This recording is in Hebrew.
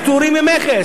פטורים ממכס.